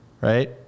Right